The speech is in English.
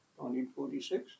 1946